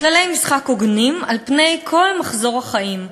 כללי משחק הוגנים על פני כל מחזור החיים,